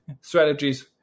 strategies